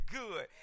good